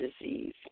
disease